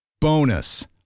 Bonus